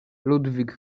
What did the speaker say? ludwig